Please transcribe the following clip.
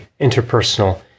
interpersonal